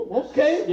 okay